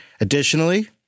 Additionally